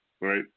right